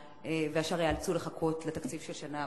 והשאר ייאלצו לחכות לתקציב של השנה הבאה,